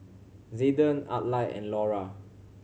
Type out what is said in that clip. Zayden Adlai and Lura